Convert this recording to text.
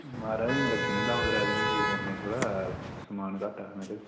महाराज अजें लग्गी जाने द'ऊं त्रै दिन ठीक करने ई थोह्ड़ा समान घट्ट हा महाराज